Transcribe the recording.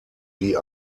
die